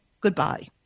goodbye